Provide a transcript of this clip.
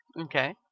Okay